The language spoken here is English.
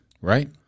Right